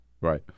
Right